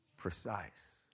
Precise